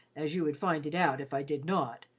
as you would find it out if i did not,